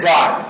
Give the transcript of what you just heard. God